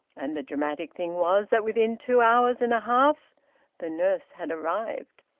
and the dramatic thing was that within two hours and a half the nurse had arrived.